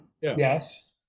yes